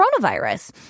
coronavirus